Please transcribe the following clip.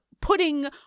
putting